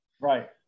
right